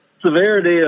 severity